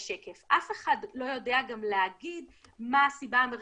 אף אחד לא יודע גם להגיד מה הסיבה המרכזית.